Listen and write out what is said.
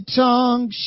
tongue